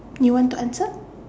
you want to answer